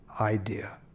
idea